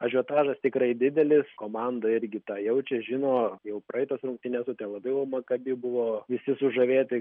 ažiotažas tikrai didelis komanda irgi tą jaučia žino jau praeitos rungtynės su tel avivo maccabi buvo visi sužavėti